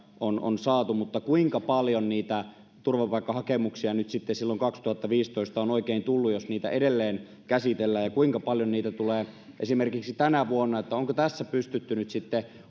on nyt saatu lisäresursseja mutta kuinka paljon niitä turvapaikkahakemuksia silloin kaksituhattaviisitoista on oikein tullut jos niitä edelleen käsitellään ja kuinka paljon niitä tulee esimerkiksi tänä vuonna onko tässä pystytty nyt sitten